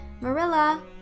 Marilla